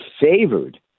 favored